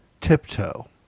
tiptoe